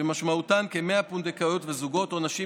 שמשמעותם כ-100 פונדקאיות וזוגות או נשים